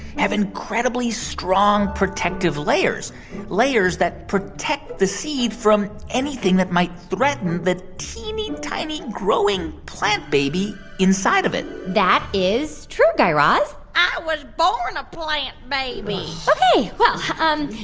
have incredibly strong, protective layers layers that protect the seed from anything that might threaten that teeny, tiny growing plant baby inside of it that is true, guy raz i was born a plant baby ok. um